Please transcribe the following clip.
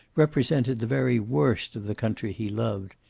represented the very worst of the country he loved,